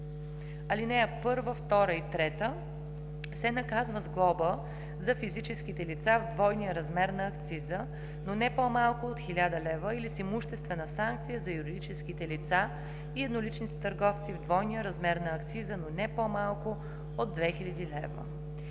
ал. 1, 2 и 3, се наказва с глоба за физическите лица в двойния размер на акциза, но не по-малко от 1000 лв., или с имуществена санкция за юридическите лица и едноличните търговци в двойния размер на акциза, но не по-малко от 2000 лв.